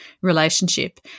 relationship